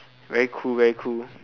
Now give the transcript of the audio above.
very cool very cool